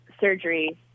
surgery